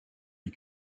les